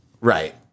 Right